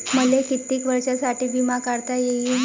मले कितीक वर्षासाठी बिमा काढता येईन?